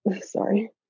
Sorry